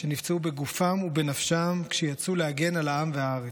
שנפצעו בגופם ובנפשם כשיצאו להגן על העם והארץ.